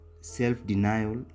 self-denial